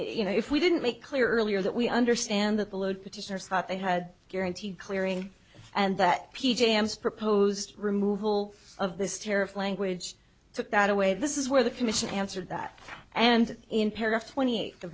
you know if we didn't make clear earlier that we understand that the load petitioners thought they had guaranteed clearing and that p j s proposed removal of this tariff language took that away this is where the commission answered that and